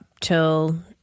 till